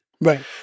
Right